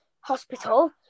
hospital